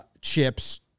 chips